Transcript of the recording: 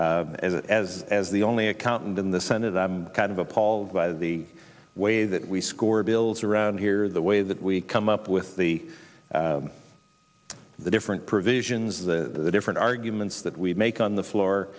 and as as the only accountant in the senate i'm kind of appalled by the way that we score bills around here the way that we come up with the the different provisions the different arguments that we make on the floor